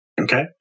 Okay